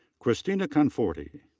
christina conforti.